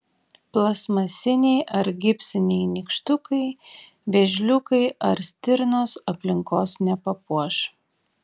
plastmasiniai ar gipsiniai nykštukai vėžliukai ar stirnos aplinkos nepapuoš